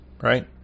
right